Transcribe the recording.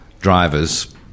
drivers